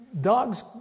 dogs